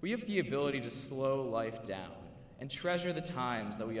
we have the ability to slow life down and treasure the times that we